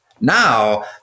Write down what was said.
Now